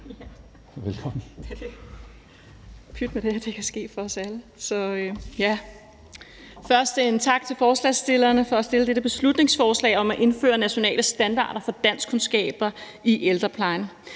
tak til forslagsstillerne for at fremsætte dette beslutningsforslag om at indføre nationale standarder for danskkundskaber i ældreplejen.